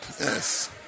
Yes